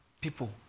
people